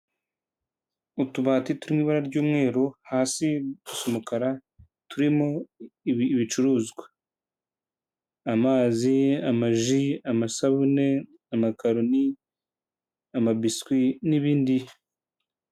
Utubati turi mu ibara ry'umweru hasi umukara turimo ibicuruzwa amazi, amaji, amasabune, amakaroni, amabiswi n'ibindi.